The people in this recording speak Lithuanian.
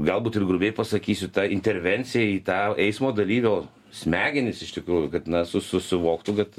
galbūt ir grubiai pasakysiu ta intervencija į tą eismo dalyvio smegenis iš tikrųjų kad na su su suvoktų kad